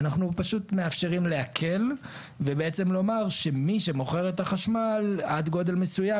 אנחנו פשוט מאפשרים להקל ובעצם לומר שמי שמוכר את החשמל עד גודל מסוים,